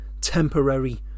temporary